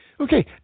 Okay